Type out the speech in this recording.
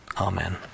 Amen